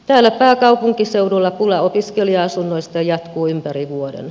täällä pääkaupunkiseudulla pula opiskelija asunnoista jatkuu ympäri vuoden